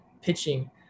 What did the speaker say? pitching